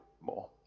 more